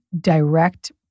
direct